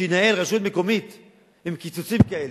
שינהל רשות מקומית עם קיצוצים כאלה,